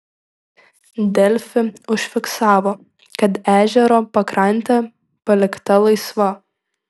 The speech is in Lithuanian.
delfi užfiksavo kad ežero pakrantė palikta laisva